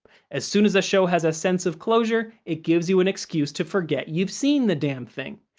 as soon as a show has a sense of closure, it gives you an excuse to forget you've seen the damn thing.